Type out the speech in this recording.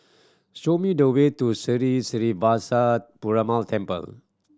show me the way to Sri Srinivasa Perumal Temple